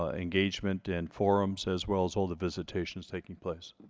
ah engagement and forums as well as all the visitations taking place.